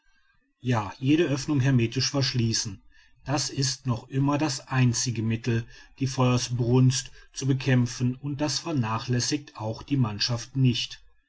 ja jede oeffnung hermetisch verschließen das ist noch immer das einzige mittel die feuersbrunst zu bekämpfen und das vernachlässigt auch die mannschaft nicht